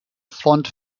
font